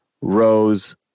Rose